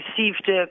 received